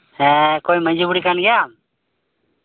ᱚᱠᱚᱭ ᱢᱟᱺᱡᱷᱤ ᱵᱩᱲᱦᱤ ᱠᱟᱱ ᱜᱮᱭᱟᱢ